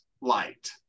light